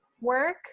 work